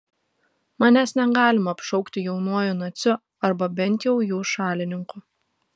manęs negalima apšaukti jaunuoju naciu arba bent jau jų šalininku